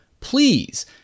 please